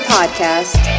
Podcast